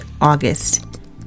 August